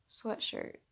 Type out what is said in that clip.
Sweatshirt